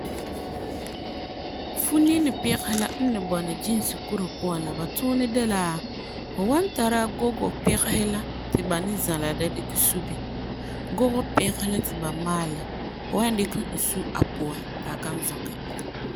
Funinipegisi la n ni bɔna ginsi kurisi puan de la fu wan tara gogo pigesi la ti ba ni zala la dikɛ su bini. Gogo pigesi la ti ba maalɛ la fu wa nyaŋɛ dikɛ e au a puan ti la kan zɔkɛ.